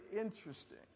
interesting